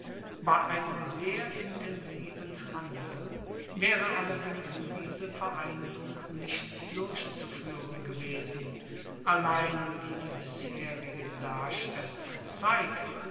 bei einem sehr intensiven handel waere allerdings diese vereinigung nicht durchzufuehren gewesen allein wie die bisherige darstellung zeigt